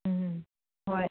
ꯎꯝ ꯍꯣꯏ